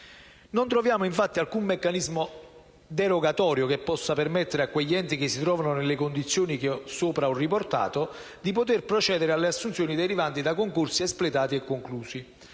Non troviamo, infatti, alcun meccanismo derogatorio che possa permettere a quegli enti, che si trovano nelle condizioni che ho prima menzionato, di poter procedere alle assunzioni derivanti da concorsi espletati e conclusi,